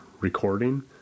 recording